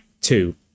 two